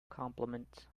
compliments